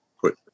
put